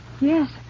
Yes